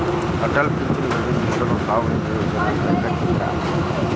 ಅಟಲ್ ಪಿಂಚಣಿ ಯೋಜನನ ಮೊದ್ಲು ಸ್ವಾವಲಂಬಿ ಯೋಜನಾ ಅಂತ ಕರಿತ್ತಿದ್ರು